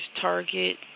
target